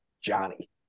Johnny